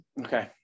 Okay